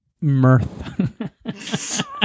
Mirth